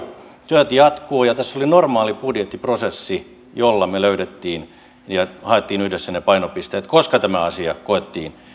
työt jatkuvat ja tässä oli normaali budjettiprosessi jolla me haimme ja löysimme yhdessä ne painopisteet koska tämä asia koettiin